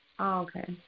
Okay